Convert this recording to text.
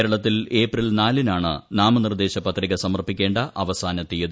കേരളത്തിൽ ഏപ്രിൽ നാലിനാണ് നാമനിർദ്ദേശ പത്രിക സമർപ്പിക്കേ അവസാന തീയതി